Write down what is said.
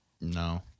No